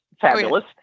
fabulous